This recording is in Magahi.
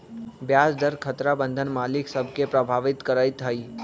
ब्याज दर खतरा बन्धन मालिक सभ के प्रभावित करइत हइ